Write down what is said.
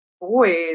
boys